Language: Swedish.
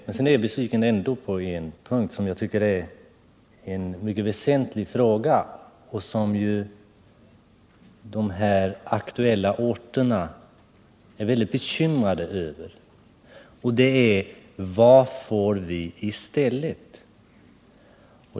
Jag är besviken på en punkt; det gäller en mycket väsentlig fråga, som de aktuella orterna är mycket bekymrade över. De frågar sig: Vad får vi i stället?